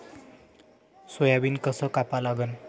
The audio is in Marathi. सोयाबीन कस कापा लागन?